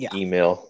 email